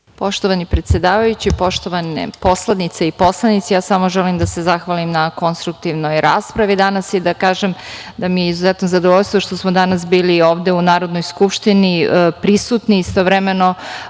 Poštovani predsedavajući, poštovane poslanice i poslanici, samo želim da se zahvalim na konstruktivnoj raspravi danas i da kažem da mi je izuzetno zadovoljstvo što smo danas bili ovde u Narodnoj skupštini prisutni istovremeno